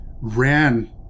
ran